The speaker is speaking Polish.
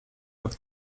rok